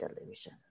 delusion